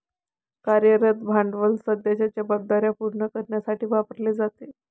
कार्यरत भांडवल सध्याच्या जबाबदार्या पूर्ण करण्यासाठी वापरले जाते